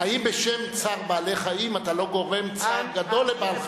האם בשם צער בעלי-חיים אתה לא גורם צער גדול לבעל-חיים?